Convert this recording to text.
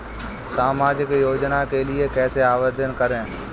सामाजिक योजना के लिए कैसे आवेदन करें?